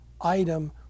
item